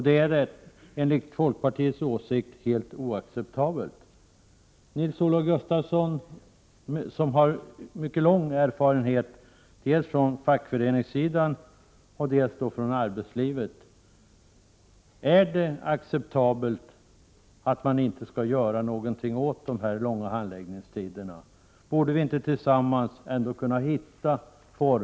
Detta anser vi i folkpartiet är helt oacceptabelt. Jag vill fråga Nils-Olof Gustafsson, som har mycket lång erfarenhet dels från fackföreningsarbete, dels från arbetslivet: Är det acceptabelt att inte göra någonting åt de långa handläggningstiderna? Borde vi ändå inte tillsammans kunna finna former för detta och borde vi inte kunna se över — Prot.